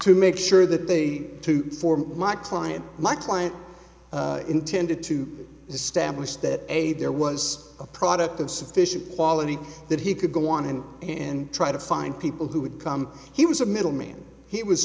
to make sure that they to form my client my client intended to establish that a there was a product of sufficient quality that he could go on and try to find people who would come he was a middleman he was